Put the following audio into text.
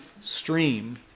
stream